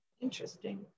Interesting